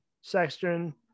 Sexton